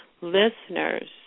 listeners